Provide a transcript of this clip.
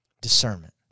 Discernment